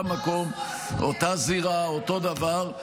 מה שמותר, אותה זירה, אותו דבר.